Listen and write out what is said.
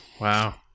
Wow